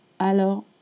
Alors